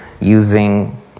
using